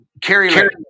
Carrie